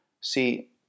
See